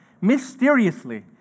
mysteriously